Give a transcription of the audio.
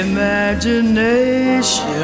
Imagination